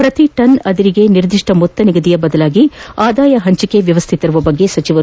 ಪ್ರತಿ ಟನ್ ಅದಿರಿಗೆ ನಿರ್ದಿಷ್ಟ ಮೊತ್ತ ನಿಗದಿಯ ಬದಲಾಗಿ ಆದಾಯ ಹಂಚೆಕೆ ವ್ಯವಸ್ಣೆ ತರುವ ಬಗ್ಗೆ ಸಚಿವರು